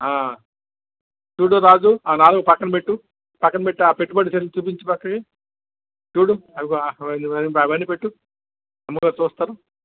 ఆ చూడు రాజు ఆ నాలుగు పక్కన పెట్టు పక్కన పెట్టు ఆ పెట్టుబడి చీరలు చూపించు పక్కవి చూడు అవి అవి అవి అన్నీపెట్టు అమ్మగారు చూస్తారు